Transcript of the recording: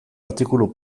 artikulu